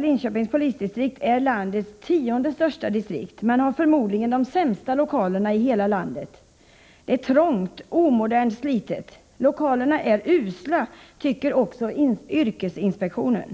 Linköpings polisdistrikt är landets tionde största distrikt, men har förmodligen de sämsta lokalerna i hela landet. Det är trångt, omodernt och slitet. Lokalerna är usla — det tycker också yrkesinspektionen.